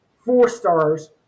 four-stars